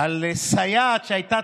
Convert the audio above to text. על סייעת שהייתה